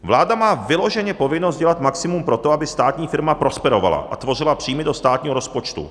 Vláda má vyloženě povinnost dělat maximum pro to, aby státní firma prosperovala a tvořila příjmy do státního rozpočtu.